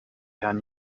herrn